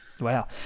Wow